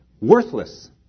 worthless